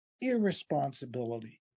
irresponsibility